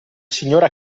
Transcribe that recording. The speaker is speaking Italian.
signora